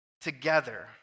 together